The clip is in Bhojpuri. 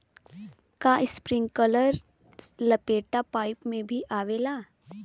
का इस्प्रिंकलर लपेटा पाइप में भी आवेला?